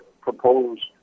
proposed